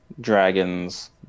dragons